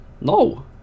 No